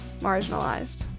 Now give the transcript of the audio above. marginalized